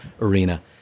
arena